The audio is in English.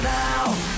now